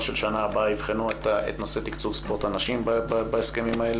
שבשנה הבאה יבחנו את נושא תקצוב ספורט הנשים בהסכמים האלה.